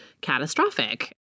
catastrophic